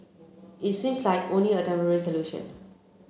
it seems like only a temporary solution